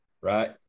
Right